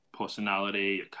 personality